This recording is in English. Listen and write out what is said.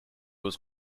was